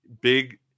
big